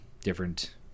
different